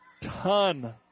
ton